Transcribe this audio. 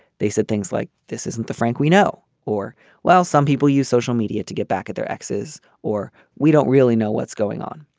they said things like this isn't the frank we know or while some people use social media to get back at their exes or we don't really know what's going on.